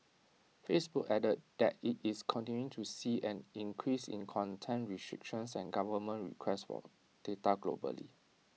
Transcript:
Facebook added that IT is continuing to see an increase in content restrictions and government requests for data globally